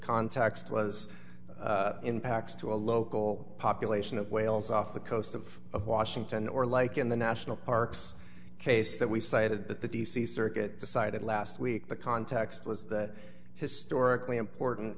context was impacts to a local population of wales off the coast of of washington or like in the national parks case that we cited but the d c circuit decided last week the context was that historically important